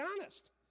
honest